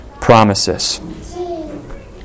promises